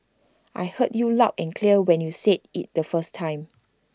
I heard you loud and clear when you said IT the first time